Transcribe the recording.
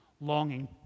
longing